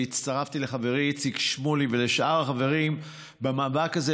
והצטרפתי לחברי איציק שמולי ולשאר החברים במאבק הזה,